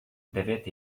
devět